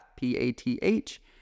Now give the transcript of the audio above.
P-A-T-H